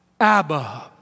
Abba